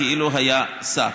כאילו היה שר.